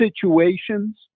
situations